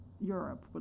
Europe